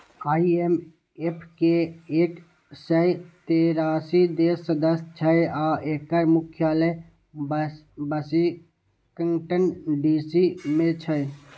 IMF के एक सय तेरासी देश सदस्य छै आ एकर मुख्यालय वाशिंगटन डी.सी मे छै